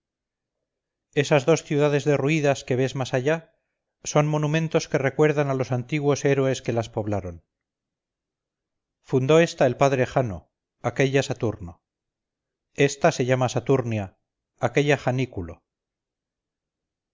esas dos ciudades derruidas que ves más allá son monumentos que recuerdan a los antiguos héroes que las poblaron fundó esta el padre jano aquella saturno esta se llamaba saturnia aquella janículo